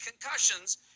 concussions